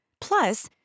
Plus